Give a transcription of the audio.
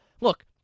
look